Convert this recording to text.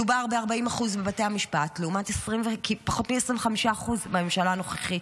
מדובר ב-40% בבתי המשפט לעומת פחות מ-25% בממשלה הנוכחית.